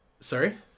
Sorry